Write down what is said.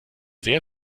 sehr